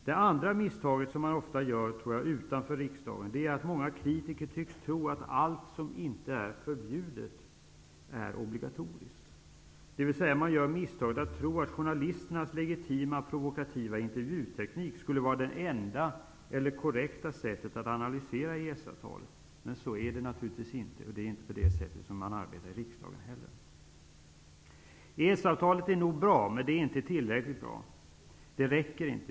Det andra misstaget, som ofta görs utanför riksdagen, är att man tror att allt som inte är förbjudet är obligatoriskt. Man gör misstaget att tro att journalisternas legitima provokativa intervjuteknik skulle vara det enda eller korrekta sättet att analysera EES-avtalet. Men så är det naturligtvis inte Vi arbetar inte heller på det sättet i riksdagen. EES-avtalet är nog bra, men det är inte tillräckligt bra. Det räcker inte!